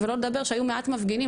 ולא נדבר שהיו מעט מפגינים,